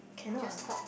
just talk